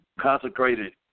consecrated